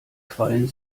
quallen